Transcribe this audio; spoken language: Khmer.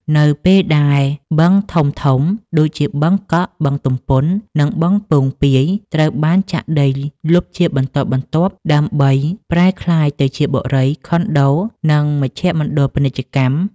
នៅពេលដែលបឹងធំៗដូចជាបឹងកក់ បឹងទំពុន និងបឹងពោងពាយ ត្រូវបានចាក់ដីលុបជាបន្តបន្ទាប់ដើម្បីប្រែក្លាយទៅជាបុរី ខុនដូ និងមជ្ឈមណ្ឌលពាណិជ្ជកម្ម។